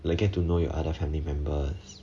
like get to know your other family members